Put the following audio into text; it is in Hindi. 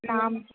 नाम